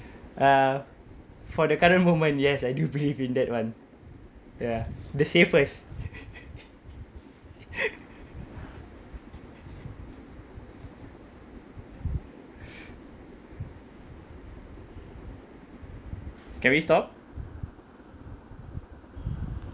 uh for the current moment yes I do believe in that [one] ya the safest can we stop